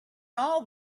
all